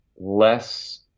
less